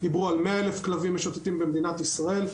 דיברו על 100,000 כלבים משוטטים במדינת ישראל.